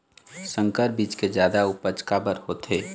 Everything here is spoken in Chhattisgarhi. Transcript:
संकर बीज के जादा उपज काबर होथे?